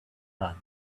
fun